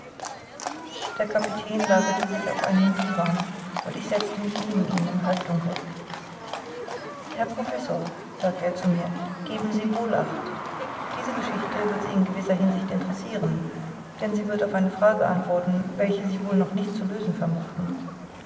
der kapitän lagerte sich auf einen divan und ich setzte mich neben ihn im halbdunkel herr professor sagte er zu mir geben sie wohl acht diese geschichte wird sie in gewisser hinsicht interessiren denn sie wird auf eine frage antworten welche sie wohl noch nicht zu lösen vermochten